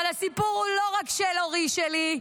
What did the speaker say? אבל הסיפור הוא לא רק של אורי שלי,